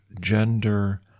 gender